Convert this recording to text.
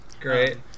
Great